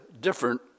different